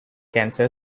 cancer